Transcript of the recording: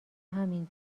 همین